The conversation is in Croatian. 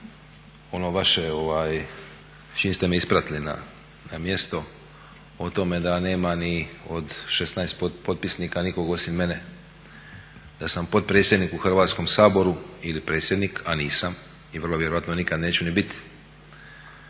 ono vaše čim ste me ispratili na mjesto, o tome da nema ni od 16 potpisnika nikog osim mene. Da sam potpredsjednik u Hrvatskom saboru ili predsjednik, a nisam i vrlo vjerojatno nikad ni neću bit,